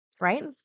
right